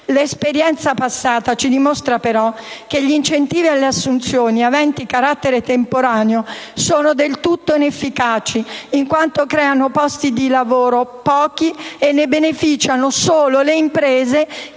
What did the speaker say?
L'esperienza passata ci dimostra però che gli incentivi alle assunzioni aventi carattere temporaneo sono del tutto inefficaci in quanto creano pochi posti di lavoro e ne beneficiano solo le imprese